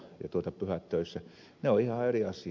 ne ovat ihan eri asia